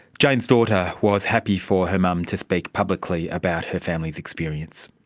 jane's daughter was happy for her mum to speak publicly about her family's experience.